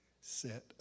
set